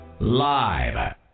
Live